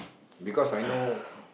because I know